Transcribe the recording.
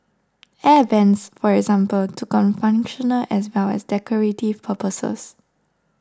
Air Vents for example took on functional as well as decorative purposes